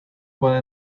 puede